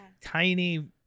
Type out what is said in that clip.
tiny